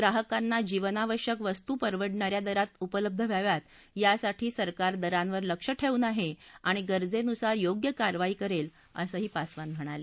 ग्राहकांना जीवनावश्यक वस्तू परवडणा या दरात उपलब्ध व्हाव्यात यासाठी सरकार दरांवर लक्ष ठेवून आहे आणि गरजेनुसार योग्य कारवाई करेल असं पासवान यांनी सांगितलं